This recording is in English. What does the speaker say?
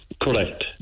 Correct